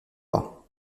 pas